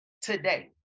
today